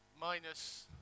minus